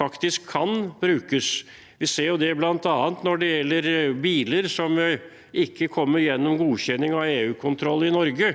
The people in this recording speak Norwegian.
faktisk kan brukes i andre land. Vi ser det bl.a. når det gjelder biler som ikke kommer gjennom godkjenning av EUkontroll i Norge,